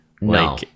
No